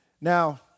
Now